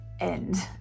end